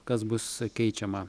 kas bus keičiama